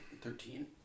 Thirteen